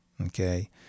Okay